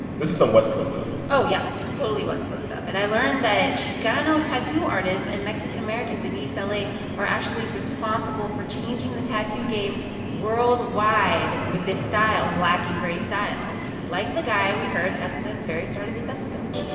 this is some west coast stuff oh, yeah. it's totally west coast stuff. and i learned that chicano tattoo artists and mexican-americans in east la are actually responsible for changing the tattoo game world-wide with this style black-and-gray style like the guy we heard at the very start of this episode